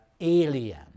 alien